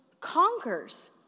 conquers